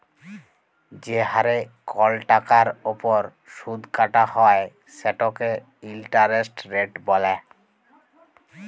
যে হারে কল টাকার উপর সুদ কাটা হ্যয় সেটকে ইলটারেস্ট রেট ব্যলে